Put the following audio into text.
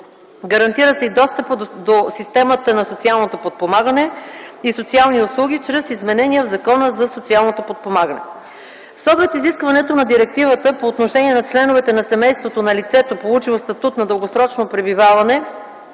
Гарантира се и достъпът до системата на социалното подпомагане и социални услуги чрез изменения в Закона за социалното подпомагане. С оглед изискването на Директивата по отношение на членовете на семейството на лицето, получило статут на дългосрочно пребиваване